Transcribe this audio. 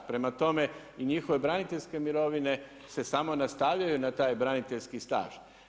Prema tome i njihove braniteljske mirovine se samo nastavljaju na taj braniteljski staž.